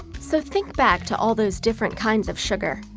so, think back to all those different kinds of sugar.